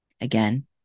Again